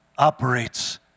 operates